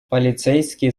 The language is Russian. полицейские